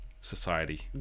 society